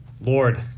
Lord